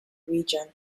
region